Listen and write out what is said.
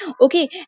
okay